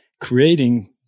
creating